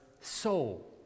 soul